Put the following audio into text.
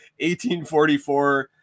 1844